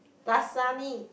Dasani